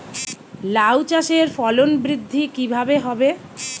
লাউ চাষের ফলন বৃদ্ধি কিভাবে হবে?